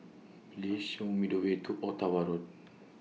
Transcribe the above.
Please Show Me The Way to Ottawa Road